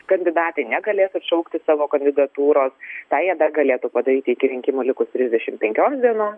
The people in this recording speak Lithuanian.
kandidatai negalės atšaukti savo kandidatūros tą jie dar galėtų padaryti iki rinkimų likus trisdešim penkioms dienom